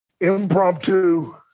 impromptu